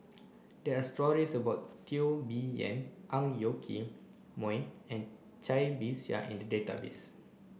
there are stories about Teo Bee Yen Ang Yoke Mooi and Cai Bixia in the database